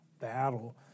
battle